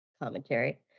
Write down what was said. commentary